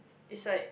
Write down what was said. it's like